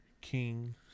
King